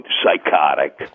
psychotic